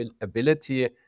ability